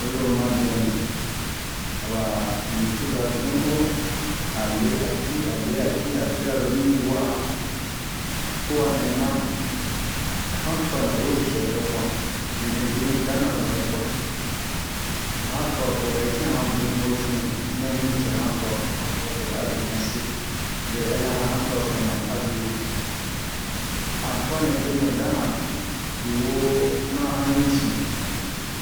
oyi ro oma dɛ mu aba nicoza zun o a lea tui a lea tui a bira lomi wa'a tua nɛ ma han tua wa we cɛ bɛ bua benɛ debenu dana ro bɛ bua han tua so hɛtian han boni ho cunui mɛ mi cɛ han tua so han tua so bɛ a benɛ se be bɛ lara han tua so na abe an tua nɛ debenu dana bewo mana han ɲusin